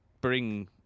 bring